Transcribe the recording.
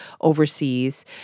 overseas